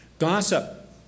gossip